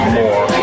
more